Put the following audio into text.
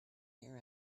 hair